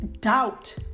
doubt